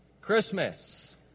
Christmas